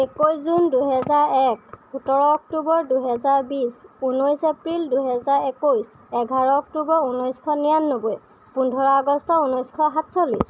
একৈছ জুন দুই হেজাৰ এক সোতৰ অক্টোবৰ দুই হেজাৰ বিছ ঊনৈছ এপ্ৰিল দুই হেজাৰ একৈছ এঘাৰ অক্টোবৰ ঊনৈছশ নিৰান্নব্বৈ পোন্ধৰ আগষ্ট ঊনৈছশ সাতচল্লিছ